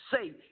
say